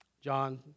John